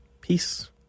peace